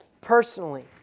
personally